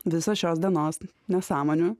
visą šios dienos nesąmonių